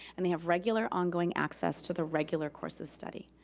and they have regular ongoing access to the regular course of study.